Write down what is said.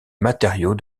matériau